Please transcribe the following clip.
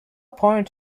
point